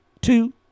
two